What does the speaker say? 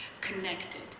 connected